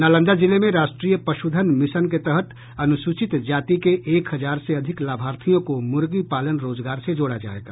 नालंदा जिले में राष्ट्रीय पशुधन मिशन के तहत अनुसूचित जाति के एक हजार से अधिक लाभार्थियों को मुर्गी पालन रोजगार से जोड़ा जायेगा